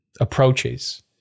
approaches